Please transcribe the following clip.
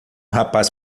rapaz